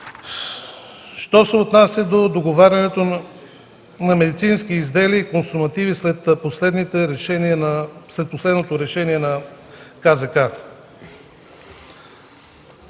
Що се отнася до договарянето на медицински изделия и консумативи след последното решение на